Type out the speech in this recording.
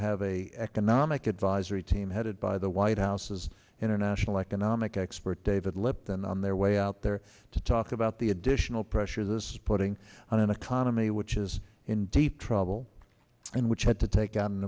have a economic advisory team headed by the white house's international economic expert david lipton on their way out there to talk about the additional pressure this is putting on an economy which is in deep trouble and which had to take out an